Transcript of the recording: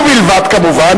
ובלבד כמובן,